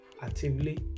actively